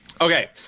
Okay